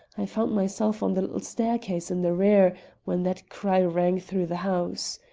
i found myself on the little staircase in the rear when that cry rang through the house.